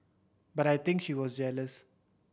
but I think she was jealous